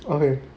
okay